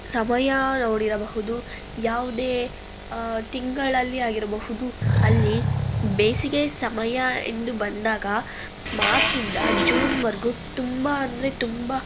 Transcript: ಸಮಯ ನೋಡಿರಬಹುದು ಯಾವುದೇ ತಿಂಗಳಲ್ಲಿ ಆಗಿರಬಹುದು ಅಲ್ಲಿ ಬೇಸಿಗೆ ಸಮಯ ಎಂದು ಬಂದಾಗ ಮಾರ್ಚಿಂದ ಜೂನ್ವರೆಗೂ ತುಂಬ ಅಂದರೆ ತುಂಬ